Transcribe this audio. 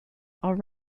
are